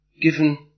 given